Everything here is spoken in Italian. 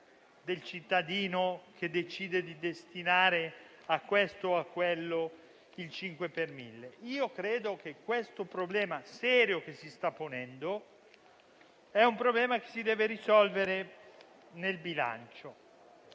del cittadino, che decide di destinare a questo o a quello il 5 per mille. Io credo che il problema serio che si sta ponendo si debba risolvere in sede di bilancio.